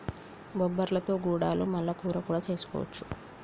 బొబ్బర్లతో గుడాలు మల్ల కూర కూడా చేసుకోవచ్చు